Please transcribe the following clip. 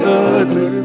ugly